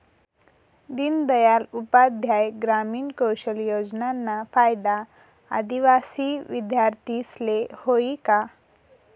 दीनदयाल उपाध्याय ग्रामीण कौशल योजनाना फायदा आदिवासी विद्यार्थीस्ले व्हयी का?